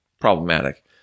problematic